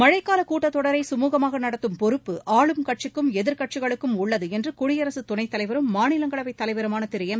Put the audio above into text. மழைக்கால கூட்டத் தொடரை சுமுகமாக நடத்தம் பொறப்பு ஆளும் கட்சிக்கும் எதிர்க்கட்சிகளுக்கும் உள்ளது என்று குடியரசு துணைத் தலைவரும் மாநிலங்களவைத் தலைவருமான திரு எம்